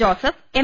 Joseph M